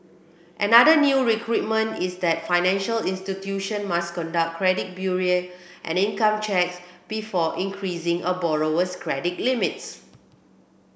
another new requirement is that financial institution must conduct credit bureau and income checks before increasing a borrower was credit limits